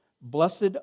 Blessed